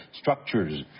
Structures